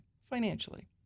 Financially